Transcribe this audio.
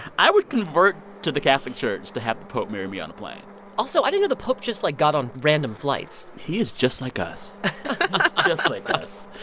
i would convert to the catholic church to have the pope marry me on a plane also, i didn't know the pope just, like, got on random flights he is just like us he's like us.